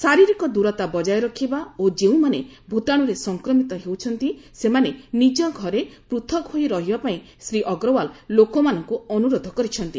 ଶାରିରୀକ ଦୂରତା ବଜାୟ ରଖିବା ଓ ଯେଉଁମାନେ ଭୂତାଣୁରେ ସଂକ୍ରମିତ ହେଉଛନ୍ତି ସେମାନେ ନିଜ ଘରେ ପୂଥକ ହୋଇ ରହିବା ପାଇଁ ଶ୍ରୀ ଅଗ୍ରୱାଲ୍ ଲୋକମାନଙ୍କୁ ଅନୁରୋଧ କରିଚ୍ଛନ୍ତି